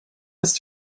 ist